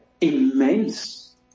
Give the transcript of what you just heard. immense